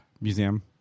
museum